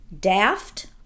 daft